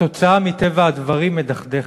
התוצאה, מטבע הדברים, מדכדכת.